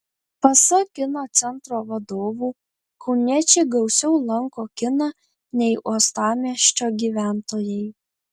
pasak kino centro vadovų kauniečiai gausiau lanko kiną nei uostamiesčio gyventojai